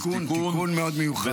תיקון, תיקון מאוד מיוחד.